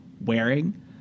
wearing